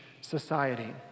society